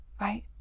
right